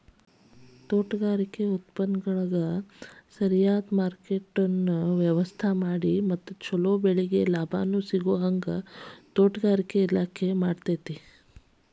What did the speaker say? ತೋಟಗಾರಿಕೆ ಉತ್ಪನ್ನಗಳಿಗ ಸರಿಯದ ಮಾರ್ಕೆಟ್ನ ವ್ಯವಸ್ಥಾಮಾಡಿ ಮತ್ತ ಚೊಲೊ ಬೆಳಿಗೆ ಲಾಭಾನೂ ಸಿಗೋಹಂಗ ತೋಟಗಾರಿಕೆ ಇಲಾಖೆ ಮಾಡ್ತೆತಿ